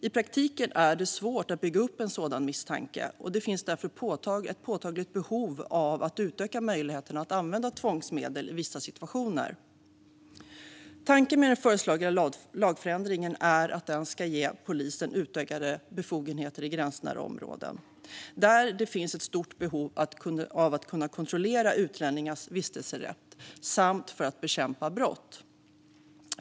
I praktiken är det svårt att bygga upp en sådan misstanke, och det finns därför ett påtagligt behov av att utöka möjligheterna att använda tvångsmedel i vissa situationer. Tanken med den föreslagna lagförändringen är att den ska ge polisen utökade befogenheter i gränsnära områden där det finns ett stort behov av att kunna kontrollera utlänningars vistelserätt och bekämpa brott.